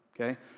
okay